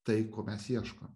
tai ko mes ieškom